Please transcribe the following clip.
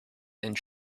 and